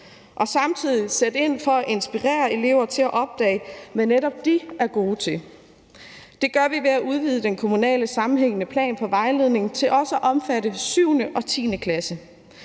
og samtidig sætte ind for at inspirere elever til at opdage, hvad netop de er gode til. Det gør vi ved at udvide den kommunale sammenhængende plan for vejledning til også at omfatte 7. og 10. klasse,